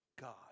God